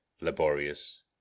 laborious